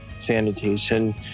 sanitation